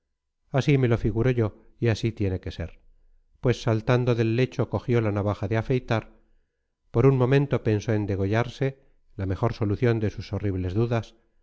así me lo figuro yo y así tiene que ser pues saltando del lecho cogió la navaja de afeitar por un momento pensó en degollarse la mejor solución de sus horribles dudas